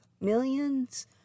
millions